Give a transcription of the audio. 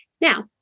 Now